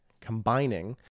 Combining